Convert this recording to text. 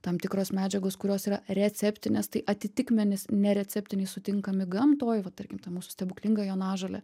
tam tikros medžiagos kurios yra receptinės tai atitikmenys nereceptiniai sutinkami gamtoj va tarkim ta mūsų stebuklinga jonažolė